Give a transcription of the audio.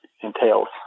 entails